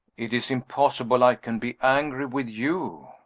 it is impossible i can be angry with you!